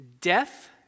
death